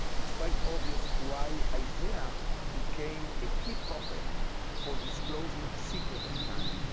it's quite obvious why isaiah became a key prophet for disclosing the secret of time.